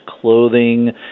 clothing